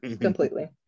Completely